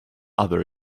other